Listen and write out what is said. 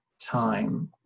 time